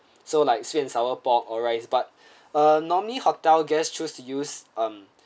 so like sweet and sour pork or rice but uh normally hotel guests choose to use um